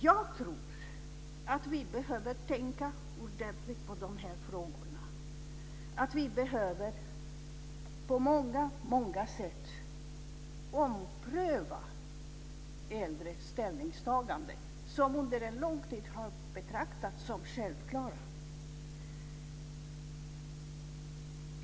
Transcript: Jag tror att vi behöver tänka ordentligt på de här frågorna, att vi på många sätt behöver ompröva äldre ställningstaganden som under en lång tid har betraktats som självklara.